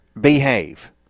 behave